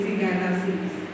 galaxies